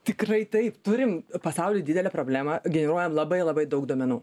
tikrai taip turim pasauly didelę problemą generuojam labai labai daug duomenų